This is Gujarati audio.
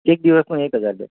એક દિવસનું એક હજાર બેન